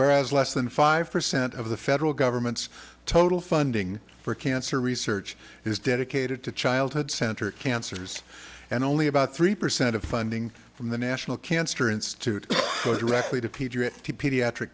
whereas less than five percent of the federal government's total funding for cancer research is dedicated to childhood center cancers and only about three percent of funding from the national cancer institute or directly to pe